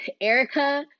Erica